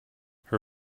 her